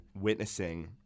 witnessing